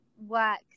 work